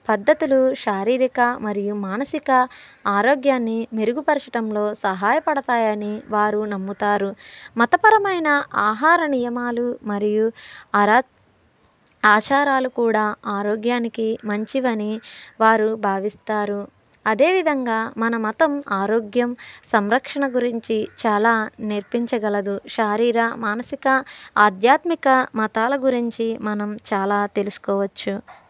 పద్ధతులు శారీరక మరియు మానసిక ఆరోగ్యాన్ని మెరుగుపరచడంలో సహాయపడతాయని వారు నమ్ముతారు మతపరమైన ఆహార నియమాలు మరియు అరా ఆచారాలు కూడా ఆరోగ్యానికి మంచివని వారు భావిస్తారు అదేవిధంగా మన మతం ఆరోగ్యం సంరక్షణ గురించి చాలా నేర్పించగలదు శారీర మానసిక ఆధ్యాత్మిక మతాల గురించి మనం చాలా తెలుసుకోవచ్చు